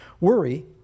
Worry